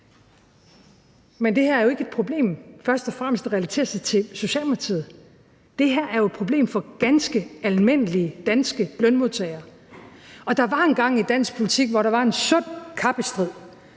Men det her er jo ikke et problem, der først og fremmest relaterer sig til Socialdemokratiet. Det her er jo et problem for ganske almindelige danske lønmodtagere. Der var engang i dansk politik, hvor der var en sund kappestrid